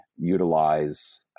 utilize